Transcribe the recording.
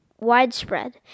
widespread